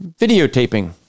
videotaping